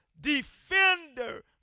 defender